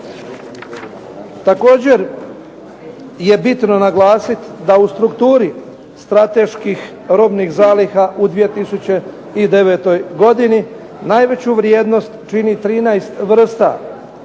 Također je bitno naglasiti da u strukturi strateških robnih zaliha u 2009. godini najveću vrijednost čini 13 vrsta